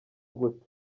gute